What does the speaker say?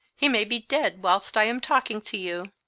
he may be dead whilst i am talking to you.